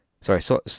sorry